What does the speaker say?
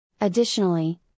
Additionally